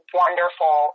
wonderful